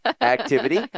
Activity